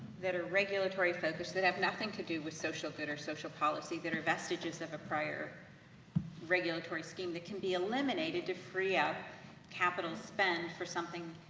that are regulatory focused, that have nothing to do with social good, or social policy, that are vestiges prior regulatory scheme, that can be eliminated to free our capital spend for something,